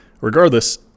regardless